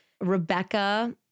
Rebecca